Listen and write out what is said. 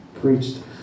preached